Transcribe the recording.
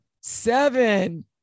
Seven